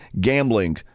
gambling